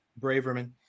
Braverman